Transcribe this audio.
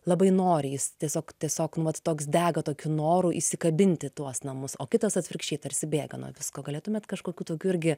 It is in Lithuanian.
labai nori jis tiesiog tiesiog net toks dega tokiu noru įsikabinti į tuos namus o kitas atvirkščiai tarsi bėga nuo visko galėtumėt kažkokių tokių irgi